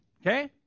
Okay